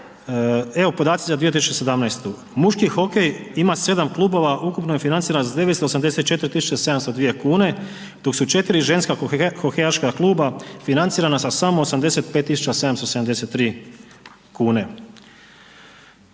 Evo podaci za 2017. Muški hokej ima 7 klubova. Ukupno je financiran sa 984 tisuće 702 kune, dok su 4 ženska hokejaška kluba financirana sa samo 85 tisuće